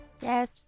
Yes